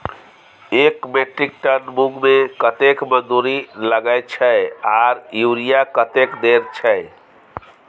एक metric tonne मूंग में कतेक मजदूरी लागे छै आर यूरिया कतेक देर छै?